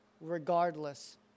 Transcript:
regardless